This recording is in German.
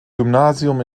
gymnasium